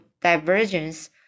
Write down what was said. divergence